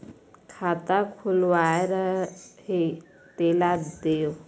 खाता खुलवाय रहे तेला देव?